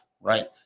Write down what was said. right